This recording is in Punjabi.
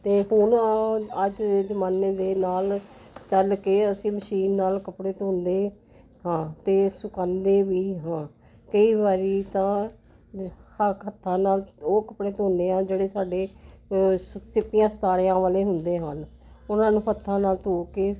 ਅਤੇ ਹੁਣ ਅੱਜ ਦੇ ਜ਼ਮਾਨੇ ਦੇ ਨਾਲ ਚੱਲ ਕੇ ਅਸੀਂ ਮਸ਼ੀਨ ਨਾਲ ਕੱਪੜੇ ਧੋਂਦੇ ਹਾਂ ਅਤੇ ਸੁਕਾਉਂਦੇ ਵੀ ਹਾਂ ਕਈ ਵਾਰੀ ਤਾਂ ਖਾਸ ਹੱਥਾਂ ਨਾਲ ਉਹ ਕੱਪੜੇ ਧੋਂਦੇ ਹਾਂ ਜਿਹੜੇ ਸਾਡੇ ਸਿੱਪੀਆਂ ਸਿਤਾਰਿਆਂ ਵਾਲੇ ਹੁੰਦੇ ਹਨ ਉਹਨਾਂ ਨੂੰ ਹੱਥਾਂ ਨਾਲ ਧੋ ਕੇ